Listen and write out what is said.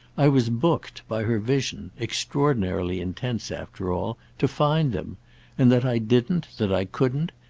i was booked, by her vision extraordinarily intense, after all to find them and that i didn't, that i couldn't,